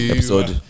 Episode